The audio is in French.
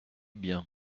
bien